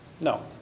No